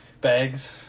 Bags